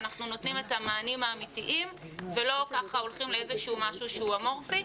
כשאנחנו נותנים את המענים האמיתיים ולא הולכים למשהו הוא אמורפי.